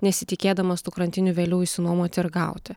nesitikėdamas tų krantinių vėliau išsinuomoti ar gauti